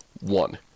one